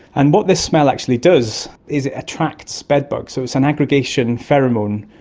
and what this smell actually does is it attracts bedbugs, so it's an aggregation pheromone,